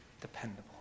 dependable